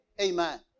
Amen